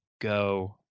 go